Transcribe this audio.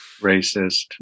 racist